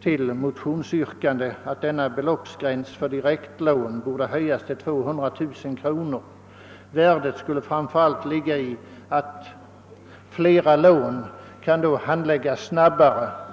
till ställda motionsyrkanden att denna beloppsgräns för direktlån borde höjas till 200 000 kr. Fördelen härmed skulle framför allt ligga däri att flera lån då skulle kunna handläggas snabbare.